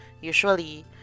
Usually